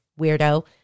weirdo